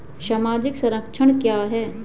सामाजिक संरक्षण क्या है?